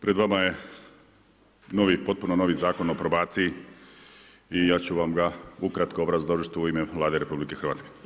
Pred vama je potpuno novi Zakon o probaciji i ja ću vam ga ukratko obrazložiti u ime Vlade RH.